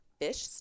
fish